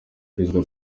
perezida